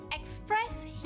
express